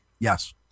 Yes